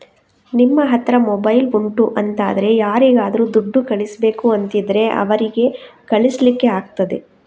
ನಿಮ್ಮ ಹತ್ರ ಮೊಬೈಲ್ ಉಂಟು ಅಂತಾದ್ರೆ ಯಾರಿಗಾದ್ರೂ ದುಡ್ಡು ಕಳಿಸ್ಬೇಕು ಅಂತಿದ್ರೆ ಅವರಿಗೆ ಕಳಿಸ್ಲಿಕ್ಕೆ ಆಗ್ತದೆ